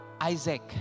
Isaac